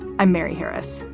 i'm mary harris.